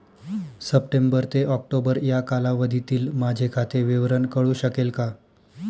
September ते October या कालावधीतील माझे खाते विवरण कळू शकेल का?